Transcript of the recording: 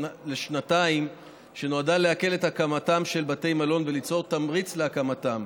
לשנתיים שנועדה להקל את הקמתם של בתי מלון וליצור תמריץ להקמתם.